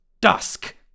Dusk